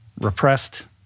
repressed